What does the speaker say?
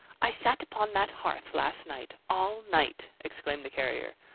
i sat upon that hearth, last night, all night, exclaimed the carrier.